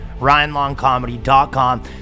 RyanLongComedy.com